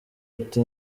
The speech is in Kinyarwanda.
ati